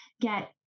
get